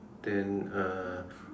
then uh